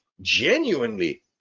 genuinely